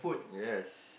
yes